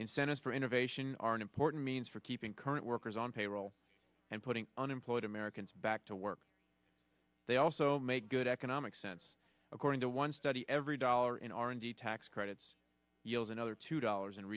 incentives for innovation are an important means for keeping current workers on payroll and putting unemployed americans back to work they also make good economic sense according to one study every dollar in r and d tax credits yields another two dollars